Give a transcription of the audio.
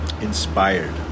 inspired